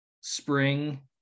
spring